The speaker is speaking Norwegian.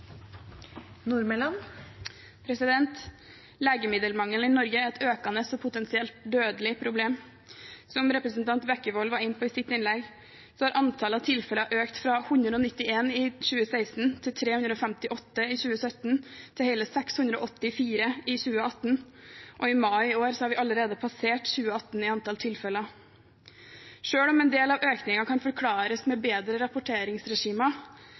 potensielt dødelig problem. Som representanten Bekkevold var inne på i sitt innlegg, har antallet tilfeller økt fra 191 i 2016 til 358 i 2017 og til hele 684 i 2018. I mai i år hadde vi allerede passert 2018 i antall tilfeller. Selv om en del av økningen kan forklares med bedre rapporteringsregimer,